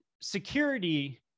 security